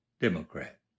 Democrat